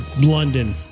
London